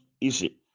easy